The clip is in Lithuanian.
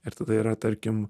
ir tada yra tarkim